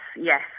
yes